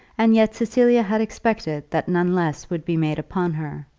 and yet cecilia had expected that none less would be made upon her.